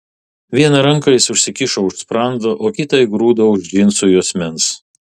vieną ranką jis užsikišo už sprando o kitą įgrūdo už džinsų juosmens